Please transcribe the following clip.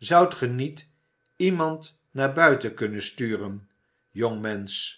ge niet iemand naar buiten kunnen j sturen jongmensch